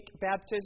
baptism